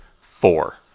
four